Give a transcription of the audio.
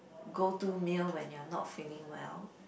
go to meal when you're not feeling well